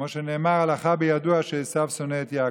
כמו שנאמר: הלכה בידוע שעשו שונא את יעקב.